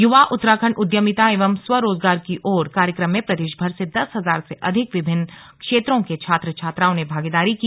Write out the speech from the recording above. युवा उत्तराखण्ड उद्यमिता एवं स्वरोजगार की ओर कार्यक्रम में प्रदेश भर से दस हजार से अधिक विभिन्न क्षेत्रों के छात्र छात्राओं ने भागीदारी की